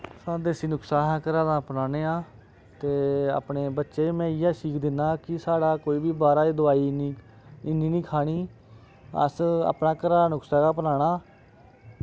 देस्सी नुकसा अस घरा दा अपनाने आं ते अपने बच्चें गी में इ'यै सीख दिन्ना कि साढ़ा कोई बी बाह्रा दी दोआई इन्नी इन्नी निं खानी अस अपना घरा दा नुकसा गै अपनाना